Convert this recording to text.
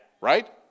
Right